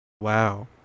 Wow